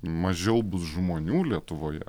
mažiau bus žmonių lietuvoje